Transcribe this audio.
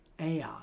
Ai